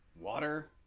Water